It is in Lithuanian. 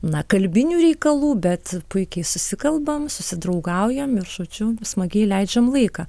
na kalbinių reikalų bet puikiai susikalbam susidraugaujam ir žodžiu smagiai leidžiam laiką